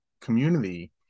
community